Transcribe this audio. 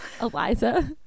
Eliza